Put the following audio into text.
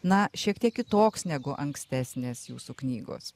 na šiek tiek kitoks negu ankstesnės jūsų knygos